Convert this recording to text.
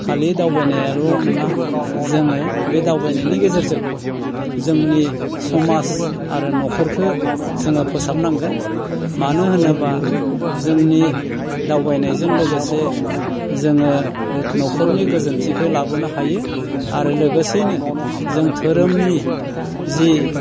खालि दावबायनायाल' नङा जोङो बे दावबायनायनि गेजेरजों जोंनि समाज आरो न'खरखो जोङो फोसाबनांगोन मानो होनोब्ला जोंनि दावबायनयजों लोगोसे जोङो न'खरनि गैजोनथिखो लाबोनो हायो आरो लोगोसेनो जों धोरोमनि जि